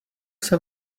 jsem